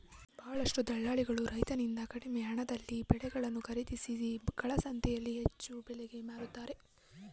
ಬಹಳಷ್ಟು ದಲ್ಲಾಳಿಗಳು ರೈತರಿಂದ ಕಡಿಮೆ ಹಣದಲ್ಲಿ ಬೆಳೆಗಳನ್ನು ಖರೀದಿಸಿ ಕಾಳಸಂತೆಯಲ್ಲಿ ಹೆಚ್ಚು ಬೆಲೆಗೆ ಮಾರುತ್ತಾರೆ